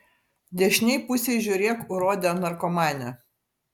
dešinėj pusėj žiūrėk urode narkomane